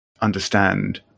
understand